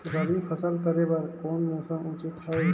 रबी फसल करे बर कोन मौसम उचित हवे?